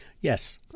Yes